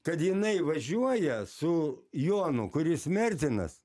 kad jinai važiuoja su jonu kuris merdzinas